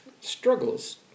struggles